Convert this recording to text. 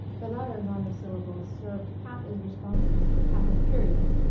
the latter monosyllables served half as responses, half as periods,